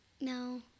No